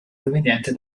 proveniente